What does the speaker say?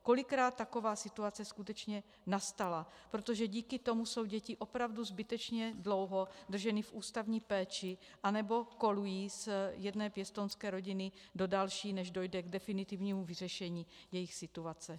Kolikrát taková situace skutečně nastala, protože díky tomu jsou děti opravdu zbytečně dlouho drženy v ústavní péči anebo kolují z jedné pěstounské rodiny do další, než dojde k definitivnímu vyřešení jejich situace.